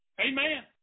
amen